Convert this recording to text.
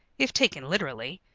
if taken literally,